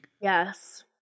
Yes